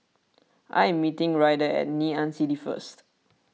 I am meeting Ryder at Ngee Ann City first